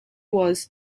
was